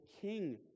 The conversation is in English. king